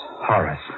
Horace